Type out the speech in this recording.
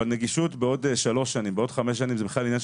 אבל נגישות בעוד שלוש שנים, בעוד חמש שנים,